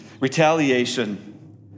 retaliation